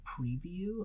preview